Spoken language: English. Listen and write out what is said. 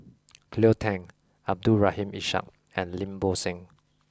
Cleo Thang Abdul Rahim Ishak and Lim Bo Seng